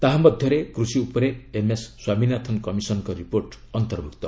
ତାହା ମଧ୍ୟରେ କୂଷି ଉପରେ ଏମ୍ଏସ୍ ସ୍ୱାମୀନାଥନ କମିଶନଙ୍କ ରିପୋର୍ଟ ଅନ୍ତର୍ଭୁକ୍ତ